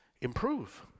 improve